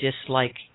dislike